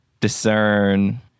discern